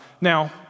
Now